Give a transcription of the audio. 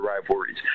rivalries